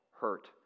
hurt